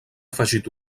afegit